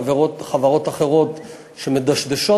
חברות אחרות שמדשדשות,